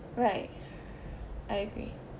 right I agree